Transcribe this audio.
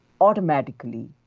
automatically